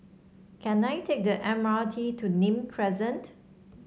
can I take the M R T to Nim Crescent